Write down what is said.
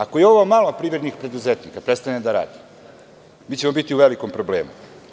Ako i ovo malo privrednih preduzetnika prestane da radi, mi ćemo biti u velikom problemu.